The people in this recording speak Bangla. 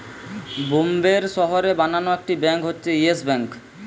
বোম্বের শহরে বানানো একটি ব্যাঙ্ক হচ্ছে ইয়েস ব্যাঙ্ক